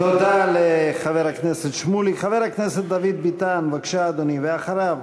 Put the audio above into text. תאמין לי שהוא יודע את זה לא פחות מאשר אתה.